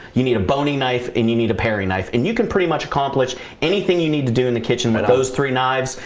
you need a boning knife and you need a paring knife and you can pretty much accomplish anything you need to do in the kitchen that those three knives.